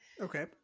Okay